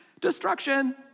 Destruction